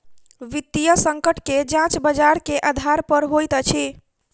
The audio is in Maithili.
वित्तीय संकट के जांच बजार के आधार पर होइत अछि